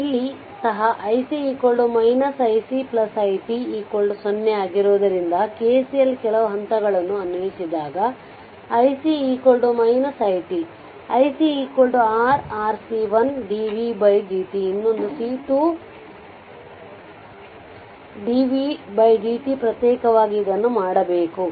ಇಲ್ಲಿ ಸಹ iC iC i t 0 ಆಗಿರುವುದರಿಂದ KCL ಕೆಲವು ಹಂತಗಳನ್ನು ಅನ್ವಯಿಸಿದಾಗ iC i t iC r RC1 dv dt ಇನ್ನೊಂದು C2 dvdt ಪ್ರತ್ಯೇಕವಾಗಿ ಇದನ್ನು ಮಾಡಬೇಕು